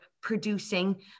producing